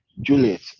Juliet